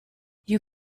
you